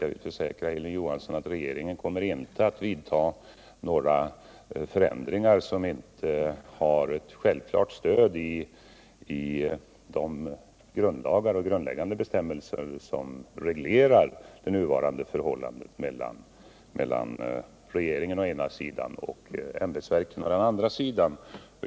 Jag vill försäkra Hilding Johansson att regeringen inte kommer att vidta några förändringar som inte har ett självklart stöd i grundlagar och grundläggande bestämmelser som reglerar det nuvarande förhållandet mellan regeringen å ena sidan och ämbetsverket å den andra.